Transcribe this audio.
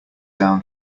down